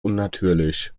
unnatürlich